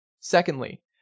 Secondly